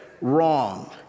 wrong